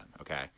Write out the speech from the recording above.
Okay